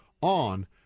on